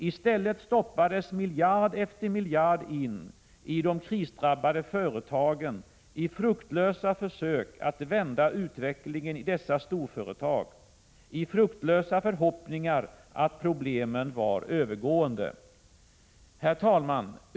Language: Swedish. I stället stoppades miljard efter miljard in i de krisdrabbade företagen i fruktlösa försök att vända utvecklingen i dessa storföretag, i fruktlösa förhoppningar att problemen var övergående. Herr talman!